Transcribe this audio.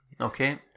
Okay